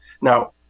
Now